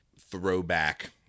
throwback